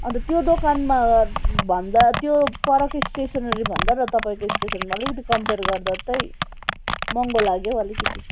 अन्त त्यो दोकानमा भन्दा त्यो परको स्टेसनरीभन्दा र तपाईँको स्टेसनमा अलिकति कम्पेर गर्दा चाहिँ महँगो लाग्यो अलिकिति